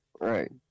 Right